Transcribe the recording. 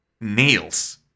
Nails